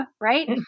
right